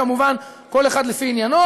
כמובן כל אחד לפי עניינו.